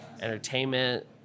entertainment